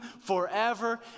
forever